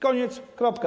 Koniec, kropka.